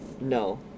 no